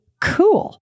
cool